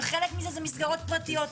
וחלק מזה זה מסגרות פרטיות.